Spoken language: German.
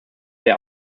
der